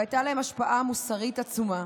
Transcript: והייתה להם השפעה מוסרית עצומה.